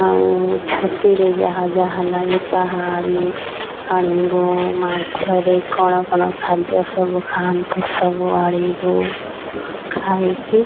ଆଉ ଛତୁରେ ଯାହା ଯାହା ଲାଗେ ତାହା ବି ଆଣିବୁ ମାଛରେ କ'ଣ କ'ଣ ଖାଦ୍ୟ ସବୁ ଖାଆନ୍ତି ସବୁ ଆଣିବୁ ଖାଇକି